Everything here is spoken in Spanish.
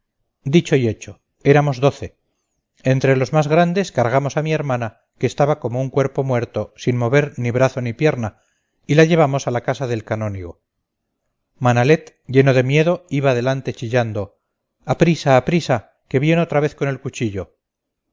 dicho y hecho éramos doce entre los más grandes cargamos a mi hermana que estaba como un cuerpo muerto sin mover ni brazo ni pierna y la llevamos a la casa del canónigo manalet lleno de miedo iba delante chillando a prisa a prisa que viene otra vez con el cuchillo